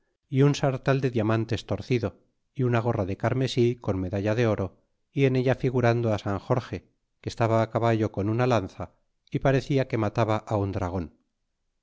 y un sartal de diamantes torcido y una gorra de carmesí con una medalla de oro y en ella figurado san jorge que estaba caballo con una lanza y parecía que mataba un dragon